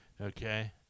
Okay